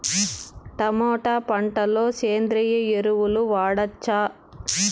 Tomato పంట లో సేంద్రియ ఎరువులు వాడవచ్చా?